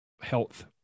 health